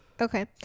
Okay